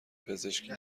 پزشکی